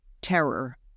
terror